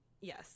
yes